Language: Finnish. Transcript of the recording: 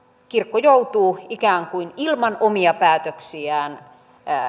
kirkko joutuu ikään kuin ilman omia päätöksiään